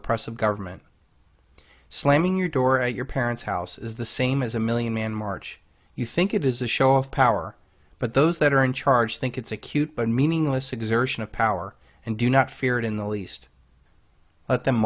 oppressive government slamming your door at your parents house is the same as a million man march you think it is a show of power but those that are in charge think it's a cute but meaningless exertion of power and do not fear it in the least let them